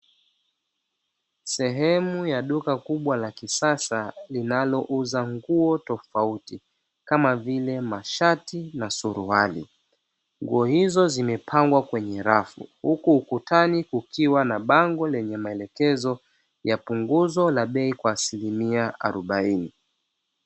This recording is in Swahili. Sehemu ya duka kubwa la kisasa linalouza nguo tofauti kama vile mashati na suruali, nguo hizo zimepangwa kwenye rafu huku ukutani kukiwa na bango lenye maelekezo yapunguzo la bei kwa asilimia arobaini.